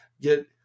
get